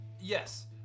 Yes